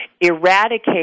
eradicate